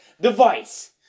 device